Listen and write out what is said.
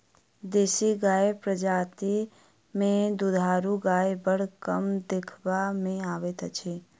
देशी गायक प्रजाति मे दूधारू गाय बड़ कम देखबा मे अबैत अछि